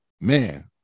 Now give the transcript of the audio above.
man